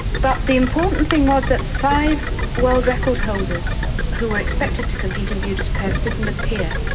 but the important thing was that five world record holders who were expected to compete in budapest didn't appear.